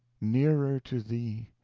nearer to thee,